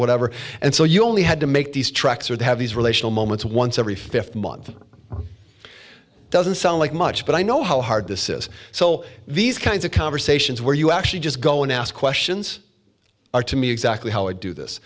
whatever and so you only had to make these tracks or to have these relational moments once every fifth month doesn't sound like much but i know how hard this is so these kinds of conversations where you actually just go and ask questions are to me exactly how i do this